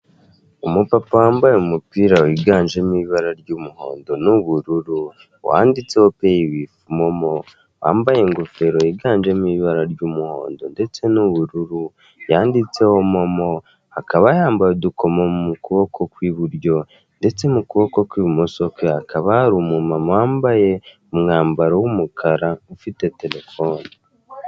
Umupapa wambaye umupira wiganjemo ibara ry'umuhondo n'ubururu, wanditseho peyi wifu momo, wambaye ingofero yiganjenjemo ibara ry'umuhondo ndetse n'ubururu yanditseho momo, akaba yambaye udukomo mu kuboko kwiburyo ndetse mu kuboko kwe kw'ibumoso hakaba hari umumama wambaye umupira w'umukara ufite tererfone.